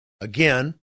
Again